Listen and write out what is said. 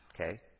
Okay